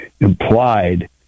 implied